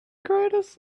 greatest